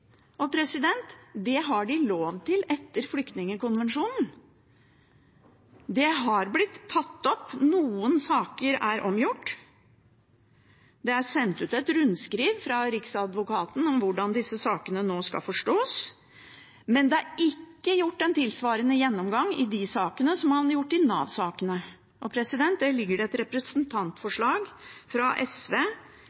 Det har de lov til etter flyktningkonvensjonen. Det er blitt tatt opp, og noen saker er omgjort. Det er sendt ut et rundskriv fra Riksadvokaten om hvordan disse sakene nå skal forstås, men det er ikke gjort en tilsvarende gjennomgang av de sakene som man har gjort med Nav-sakene. Det ligger nå et representantforslag fra SV til behandling i Stortinget om det,